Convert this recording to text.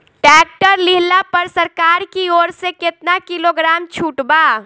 Tractor लिहला पर सरकार की ओर से केतना किलोग्राम छूट बा?